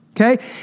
okay